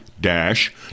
dash